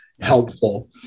helpful